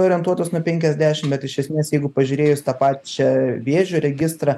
orientuotos nuo penkiasdešim bet iš esmės jeigu pažiūrėjus tą pačią vėžio registrą